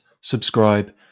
subscribe